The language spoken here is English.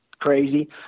crazy